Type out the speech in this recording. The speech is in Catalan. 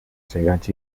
segats